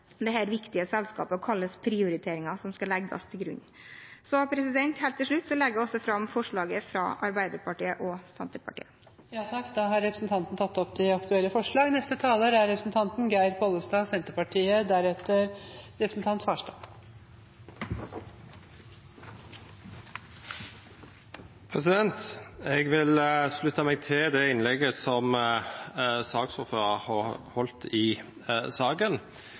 viktige selskapet, og hva slags prioriteringer som skal legges til grunn. Helt til slutt legger jeg fram forslaget fra Arbeiderpartiet og Senterpartiet. Da har representanten Else-May Botten tatt opp det forslaget hun refererte til. Jeg vil slutte meg til det innlegget som saksordføreren holdt i saken. Det er to ting det har vært særlig fokusert på i behandlingen av saken.